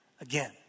again